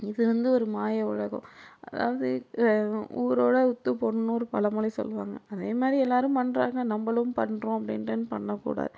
இது வந்து ஒரு மாய உலகம் அதாவது ஊரோட ஒத்துப்போனுன்னு ஒரு பழமொழி சொல்லுவாங்க அதே மாதிரி எல்லாரும் பண்ணுறாங்க நம்பளும் பண்ணுறோம் அப்படின்ட்டின் பண்ணக்கூடாது